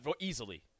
Easily